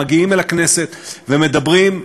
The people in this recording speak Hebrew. מגיעים לכנסת ומדברים,